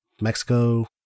Mexico